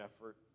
effort